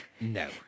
No